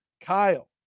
Kyle